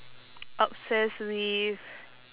obsess with